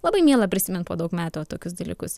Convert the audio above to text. labai miela prisimint po daug metų va tokius dalykus